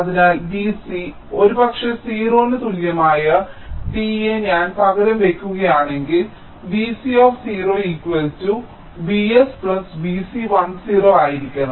അതിനാൽ Vc ഒരുപക്ഷേ 0 ന് തുല്യമായ t യെ ഞാൻ പകരം വയ്ക്കുകയാണെങ്കിൽ Vc Vs Vc10 ആയിരിക്കണം